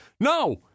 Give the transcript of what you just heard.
No